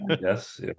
Yes